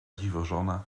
dziwożona